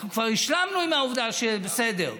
אנחנו כבר השלמנו עם העובדה שבסדר.